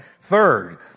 Third